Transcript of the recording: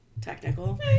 technical